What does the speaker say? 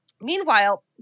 Meanwhile